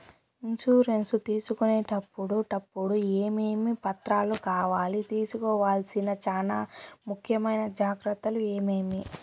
Insurance తీసుకునేటప్పుడు టప్పుడు ఏమేమి పత్రాలు కావాలి? తీసుకోవాల్సిన చానా ముఖ్యమైన జాగ్రత్తలు ఏమేమి?